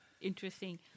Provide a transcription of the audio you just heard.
interesting